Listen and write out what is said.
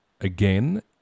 again